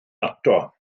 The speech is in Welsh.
ato